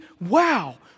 Wow